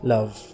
Love